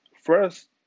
First